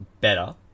better